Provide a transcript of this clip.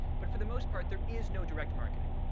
but for the most part, there is no direct marketing.